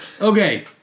Okay